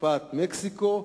שפעת מקסיקו,